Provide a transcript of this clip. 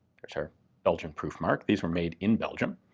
there's our belgian proof mark, these were made in belgium,